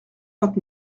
vingt